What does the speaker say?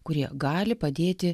kurie gali padėti